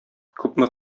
күпме